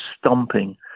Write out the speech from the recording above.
stomping